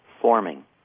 forming